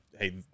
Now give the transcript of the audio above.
hey